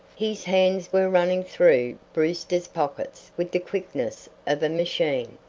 his hands were running through brewster's pockets with the quickness of a machine.